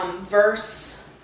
verse